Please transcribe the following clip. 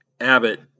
Abbott